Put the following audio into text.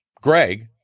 Greg